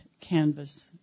canvas